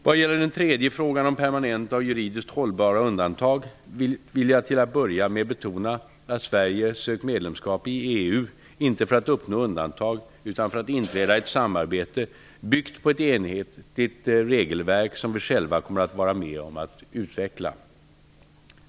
Vad gäller den tredje frågan om permanenta och juridiskt hållbara undantag vill jag till att börja med betona att Sverige sökt medlemskap i EU inte för att uppnå undantag utan för att inträda i ett samarbete byggt på ett enhetligt regelverk som vi själva kommer att vara med om att utveckla.